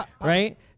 right